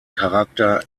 charakter